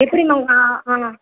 எப்படிம்மா கா காணும்